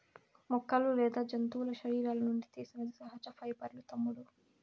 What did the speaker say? మొక్కలు లేదా జంతువుల శరీరాల నుండి తీసినది సహజ పైబర్లూ తమ్ముడూ